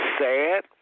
sad